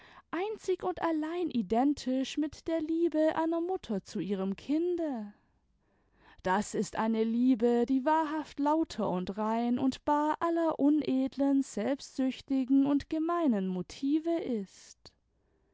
einzige und allein identisch mit der liebe einer mutter zu ihrem kmdel das ist eine liebe die wahrhaft lauter und rein und bar aller unedlen selbstsüchtigen und gemeinen motive ist